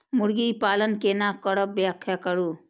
मुर्गी पालन केना करब व्याख्या करु?